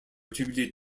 attributed